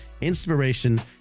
inspiration